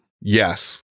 Yes